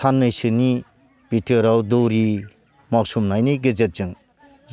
साननैसोनि बिथोराव दौरि मावसोमनायनि गेजेरजों